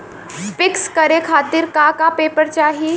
पिक्कस करे खातिर का का पेपर चाही?